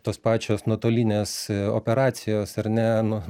tos pačios nuotolinės operacijos ar ne nu